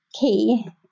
key